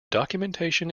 documentation